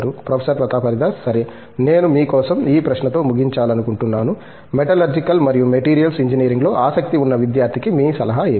professor Pratap Haridas సరే నేను మీ కోసం ఈ ప్రశ్నతో ముగించాలనుకుంటున్నాను మెటలర్జికల్ మరియు మెటీరియల్స్ ఇంజనీరింగ్లో ఆసక్తి ఉన్న విద్యార్థికి మీ సలహా ఏమిటి